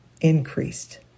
increased